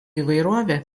įvairovė